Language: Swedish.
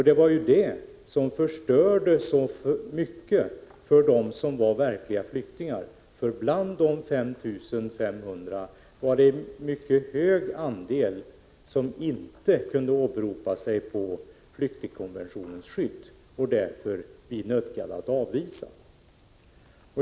Det var ju det som förstörde så mycket för dem som var verkliga flyktingar, för bland dessa 5 500 var det en mycket hög andel som inte kunde åberopa flyktingkonventionens skydd och som vi därför nödgades avvisa.